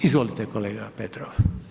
Izvolite kolega Petrov.